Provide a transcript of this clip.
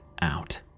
out